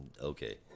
Okay